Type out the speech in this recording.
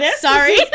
Sorry